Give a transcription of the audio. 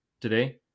today